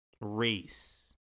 race